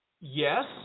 Yes